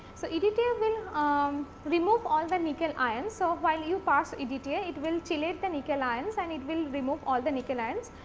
so, edta will um remove all the nickel ions. so, while you pass edta it will chelate the nickel ions and it will remove all the nickel ions.